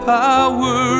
power